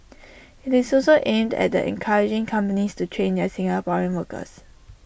IT is also aimed at encouraging companies to train their Singaporean workers